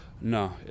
No